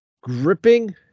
gripping